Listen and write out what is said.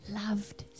loved